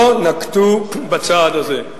לא נקטו את הצעד הזה.